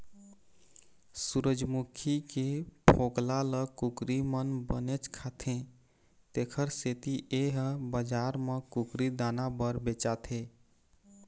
सूरजमूखी के फोकला ल कुकरी मन बनेच खाथे तेखर सेती ए ह बजार म कुकरी दाना बर बेचाथे